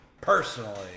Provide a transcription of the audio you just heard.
personally